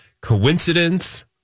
coincidence